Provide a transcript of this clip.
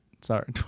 Sorry